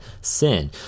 sin